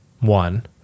one